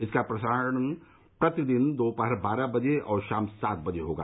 इसका प्रसारण प्रतिदिन दोपहर बारह बजे और शाम सात बजे होगा